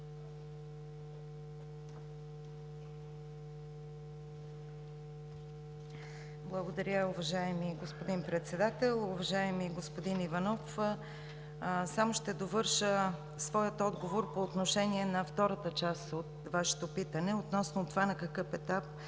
Благодаря, уважаеми господин Председател. Уважаеми господин Иванов, само ще довърша своя отговор по отношение на втората част от Вашето питане относно това на какъв етап